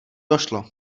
došlo